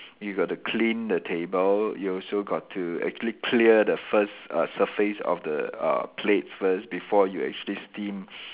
you got to clean the table you also got to actually clear the first uh surface of the uh plates first before you actually steam